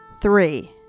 three